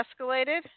escalated